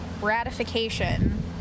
ratification